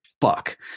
fuck